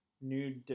New